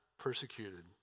Persecuted